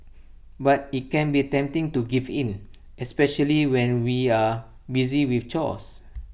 but IT can be tempting to give in especially when we are busy with chores